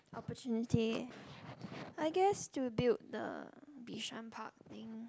opportunity I guess to build the Bishan park thing